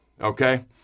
okay